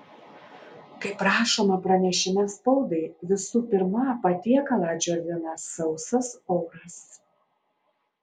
kaip rašoma pranešime spaudai visų pirma patiekalą džiovina sausas oras